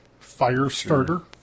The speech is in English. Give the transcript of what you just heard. Firestarter